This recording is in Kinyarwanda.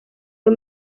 ayo